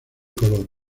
color